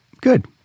Good